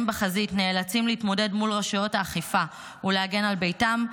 בחזית נאלצים להתמודד מול רשויות האכיפה ולהגן על ביתם,